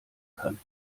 kann